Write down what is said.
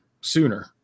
sooner